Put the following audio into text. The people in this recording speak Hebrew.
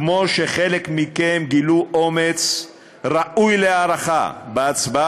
כמו שחלק מכם גילו אומץ ראוי להערכה בהצבעה